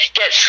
get